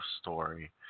story